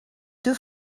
deux